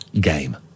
game